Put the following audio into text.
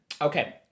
Okay